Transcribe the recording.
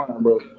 bro